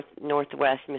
Northwest